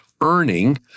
earning